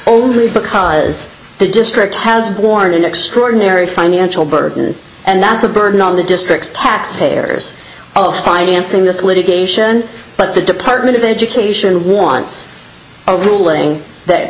because the district has borne an extraordinary financial burden and that's a burden on the district's taxpayers oh financing this litigation but the department of education wants a ruling that